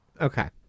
okay